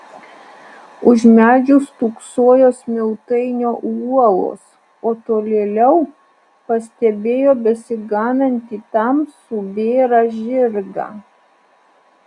už medžių stūksojo smiltainio uolos o tolėliau pastebėjo besiganantį tamsų bėrą žirgą